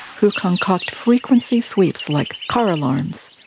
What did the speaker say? who concoct frequency sweeps like car alarms.